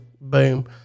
boom